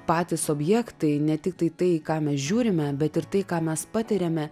patys objektai ne tiktai tai ką mes žiūrime bet ir tai ką mes patiriame